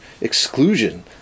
exclusion